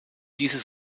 diese